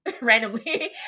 randomly